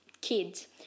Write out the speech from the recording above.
kids